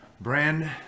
Brand